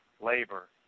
labor